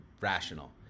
rational